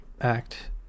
act